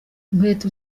inkweto